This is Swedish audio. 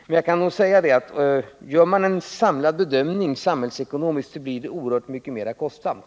Men gör man en samlad samhällsekonomisk bedömning, visar det sig tyvärr att det blir oerhört mycket mera kostsamt.